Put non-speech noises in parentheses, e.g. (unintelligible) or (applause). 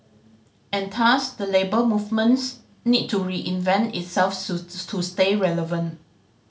and thus the Labour Movements need to reinvent itself (unintelligible) to stay relevant